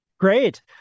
Great